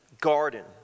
garden